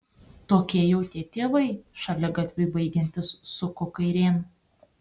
tokie jau tie tėvai šaligatviui baigiantis suku kairėn